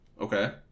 Okay